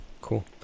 Cool